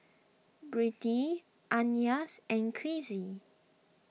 Brittnee Ananias and Kizzy